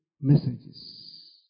messages